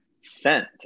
scent